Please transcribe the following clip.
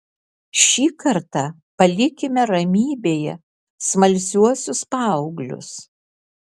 šį kartą palikime ramybėje smalsiuosius paauglius